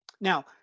Now